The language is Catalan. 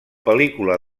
pel·lícula